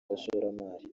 abashoramari